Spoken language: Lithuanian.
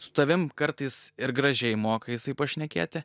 su tavim kartais ir gražiai moka jisai pašnekėti